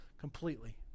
completely